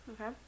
okay